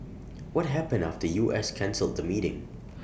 what happened after U S cancelled the meeting